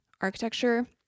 architecture